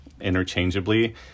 interchangeably